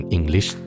English